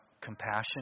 compassion